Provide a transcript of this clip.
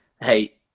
hey